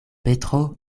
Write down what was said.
petro